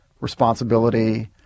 responsibility